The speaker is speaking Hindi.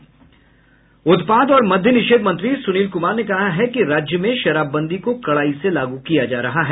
उत्पाद और मद्य निषेध मंत्री सुनील कुमार ने कहा है कि राज्य में शराबबंदी को कड़ाई से लागू किया जा रहा है